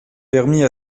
permit